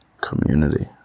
community